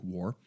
War